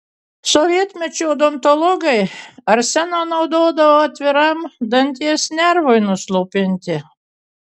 sovietmečiu odontologai arseną naudodavo atviram danties nervui nuslopinti